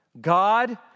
God